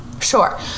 sure